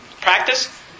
practice